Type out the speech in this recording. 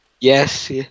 Yes